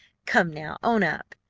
come, now, own up.